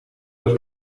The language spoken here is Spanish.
los